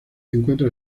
encuentra